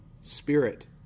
spirit